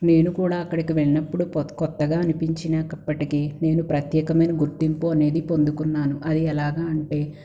నేను కూడా అక్కడకు వెళ్ళినప్పుడు కొ కొత్తగా అనిపించినప్పటికీ నేను ప్రత్యేకమైన గుర్తింపు అనేది పొందుకున్నాను అది ఎలాగ అంటే